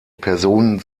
personen